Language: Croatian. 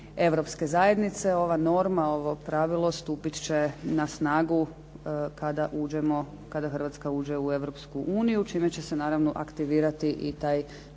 Europske zajednice. Ova norma, ovo pravilo stupit će na snagu kada Hrvatska uđe u Europsku uniju, čime će se naravno aktivirati i taj